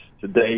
today